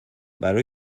برا